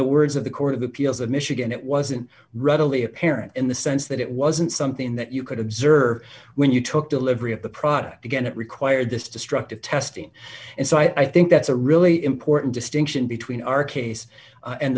the words of the court of appeals of michigan it wasn't readily apparent in the sense that it wasn't something that you could observe when you took delivery of the product again it required this destructive testing and so i think that's a really important distinction between our case